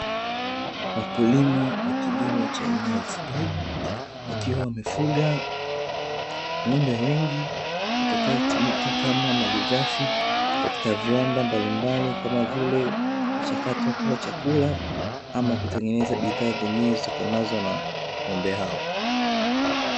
Mkulima wa kilimo cha aina ya ufugaji wakiwa wamefuga ng'ombe wengi, watakao tumika kama malighafi katika viwanda mbalimbali kama vile kuchakatwa kuwa chakula ama kutengeneza bidhaa nyingine zitokanazo na ng'ombe hao.